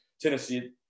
Tennessee